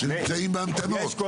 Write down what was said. שנמצאים בהמתנות.